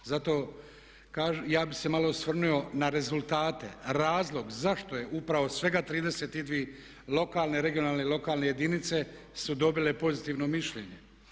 Zato ja bih se malo osvrnuo na rezultate, razlog zašto je upravo svega 32 lokalne i regionalne jedinice su dobile pozitivno mišljenje.